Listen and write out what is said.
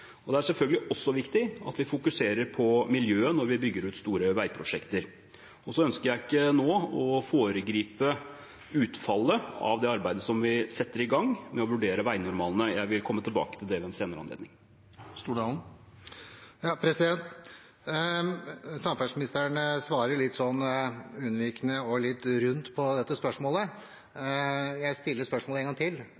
Det er selvfølgelig også viktig at vi fokuserer på miljøet når vi bygger ut store veiprosjekter. Og så ønsker jeg ikke nå å foregripe utfallet av det arbeidet som vi setter i gang med å vurdere veinormalene. Jeg vil komme tilbake til det ved en senere anledning. Samferdselsministeren svarer litt unnvikende og litt rundt på dette spørsmålet.